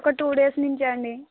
ఒక two days నుంచే అండి